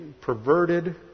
perverted